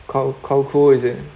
khao khao kho is it